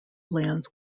lands